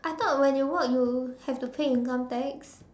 I thought when you work you have to pay income tax